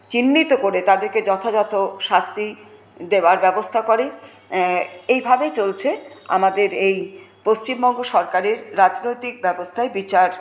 চিহ্নিত করে তাদেরকে যথাযথ শাস্তি দেওয়ার ব্যবস্থা করে এইভাবেই চলছে আমাদের এই পশ্চিমবঙ্গ সরকারের রাজনৈতিক ব্যবস্থায় বিচার